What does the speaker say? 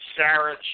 Sarich